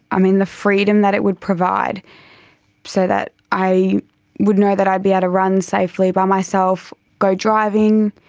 i mean, the freedom that it would provide so that i would know that i'd be able ah to run safely by myself, go driving,